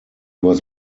was